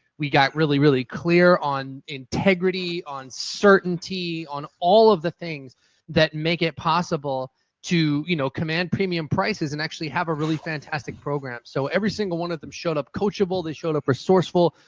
we got really really clear on integrity, on certainty, on all of the things that make it possible to you know command premium prices and actually have a really fantastic program. so every single one of them showed up coachable. they showed up resourceful.